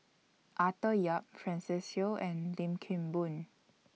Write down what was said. Arthur Yap Francis Seow and Lim Kim Boon